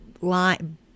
line